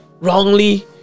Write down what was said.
wrongly